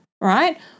right